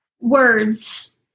words